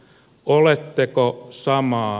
oletteko samaa